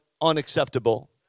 unacceptable